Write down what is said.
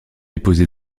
déposées